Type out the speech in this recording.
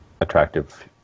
attractive